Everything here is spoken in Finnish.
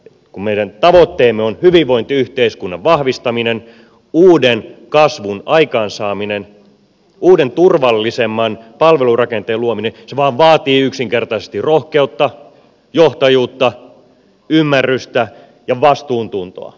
kun meidän tavoitteemme on hyvinvointiyhteiskunnan vahvistaminen uuden kasvun aikaansaaminen uuden turvallisemman palvelurakenteen luominen se vaan vaatii yksinkertaisesti rohkeutta johtajuutta ymmärrystä ja vastuuntuntoa